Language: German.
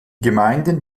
gemeinden